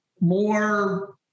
more